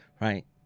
right